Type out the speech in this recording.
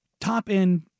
top-end